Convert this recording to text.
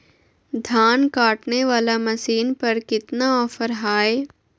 धान काटने वाला मसीन पर कितना ऑफर हाय?